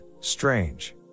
strange